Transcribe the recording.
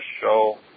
show